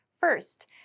First